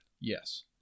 Yes